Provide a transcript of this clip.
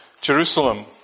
Jerusalem